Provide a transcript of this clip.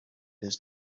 his